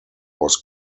was